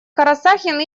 карасахин